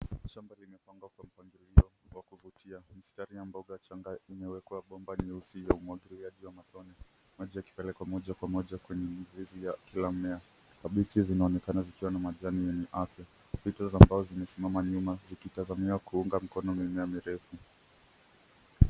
Shamba limepandwa kwa mpangilio wa kuvutia. Mistari ya mboga changa imewekwa bomba nyeusi ya umwagiliaji wa matone maji yakipelekwa moja kwa moja kwenye mizizi ya kila mmea. Kabichi zinaonekana zikiwa na majani yenye afya . Vito za mbao ambazo zimesimama nyuma zikitazamia kuunga mkono mimea mirefu.